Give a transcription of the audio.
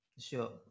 sure